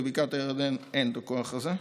בבקעת הירדן אין את הכוח הזה.